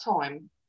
time